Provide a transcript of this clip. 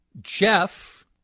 Jeff